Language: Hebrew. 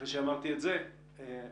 אחרי שאמרתי את זה,